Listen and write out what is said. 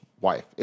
wife